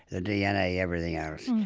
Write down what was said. the dna, everything else.